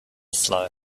slow